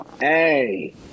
Hey